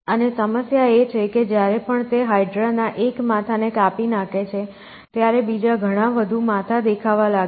અને સમસ્યા એ છે કે જ્યારે પણ તે હાઇડ્રા ના એક માથાને કાપી નાખે છે ત્યારે બીજા ઘણા વધુ માથા દેખાવા લાગે છે